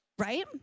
right